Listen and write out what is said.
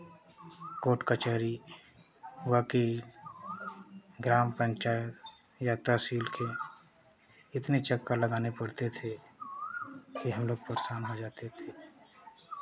court कचहरी वकील ग्राम पंचायत या तहसील के इतने चक्कर लगाने पड़ते थे कि हम लोग परेशान हो जाते थे